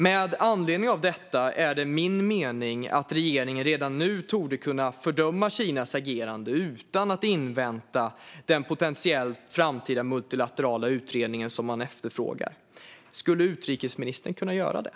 Med anledning av detta är det min mening att regeringen redan nu torde kunna fördöma Kinas agerande utan att invänta den potentiella framtida multilaterala utredning som man efterfrågar. Skulle utrikesministern kunna göra det?